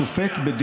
זה בא להקל.